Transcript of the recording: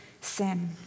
sin